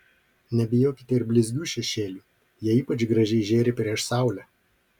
nebijokite ir blizgių šešėlių jie ypač gražiai žėri prieš saulę